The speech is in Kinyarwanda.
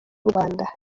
rwanda